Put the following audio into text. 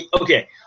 okay